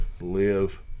live